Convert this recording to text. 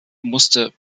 musste